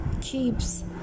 keeps